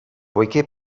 poiché